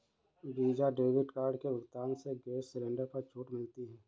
visa debit card के भुगतान से गैस सिलेंडर पर छूट मिलती है